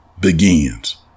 begins